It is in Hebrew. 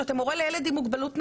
שאתן הורה לילד עם מוגבלות נפשית,